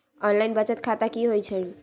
Online बचत खाता की होई छई?